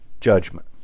Judgment